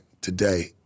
today